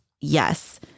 yes